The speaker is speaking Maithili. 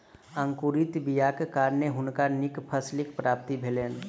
अंकुरित बीयाक कारणें हुनका नीक फसीलक प्राप्ति भेलैन